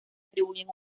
atribuyen